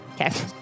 Okay